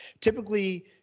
typically –